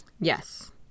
yes